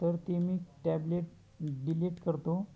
तर ते मी टॅबलेट डिलीट करतो